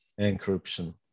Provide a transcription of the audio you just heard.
Encryption